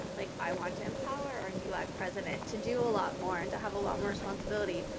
like i want to empower or do you like president to do a lot more and to have a lot more responsibility.